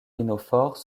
rhinophores